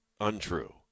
untrue